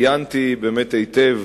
עיינתי באמת היטב